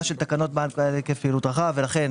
של תקנות בנק בעל היקף פעילות רחב ו לכן